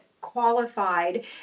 qualified